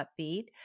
upbeat